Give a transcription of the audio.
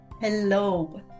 Hello